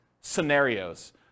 scenarios